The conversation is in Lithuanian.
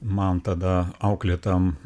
man tada auklėtam